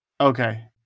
Okay